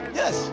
yes